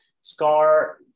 Scar